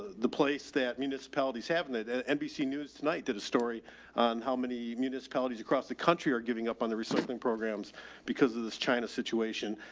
the place that municipalities having it at nbc news tonight did a story on how many municipalities across the country are giving up on the resulting programs because of this china's situation.